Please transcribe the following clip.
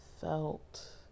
felt